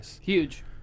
Huge